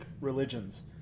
religions